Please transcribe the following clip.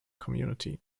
community